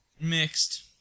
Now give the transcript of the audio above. mixed